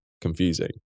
confusing